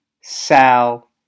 Sal